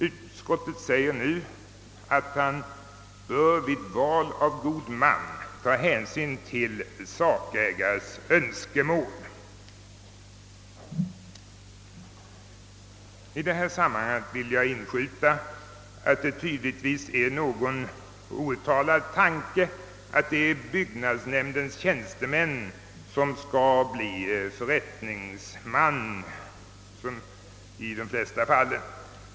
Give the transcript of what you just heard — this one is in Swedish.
Utskottet säger nu att han bör vid val av god man ta hänsyn till sakägares önskemål. I detta sammanhang vill jag inskjuta att här tydligen ligger någon outtalad tanke på att någon byggnadsnämndens tjänsteman i de flesta fall skall bli förrättningsman.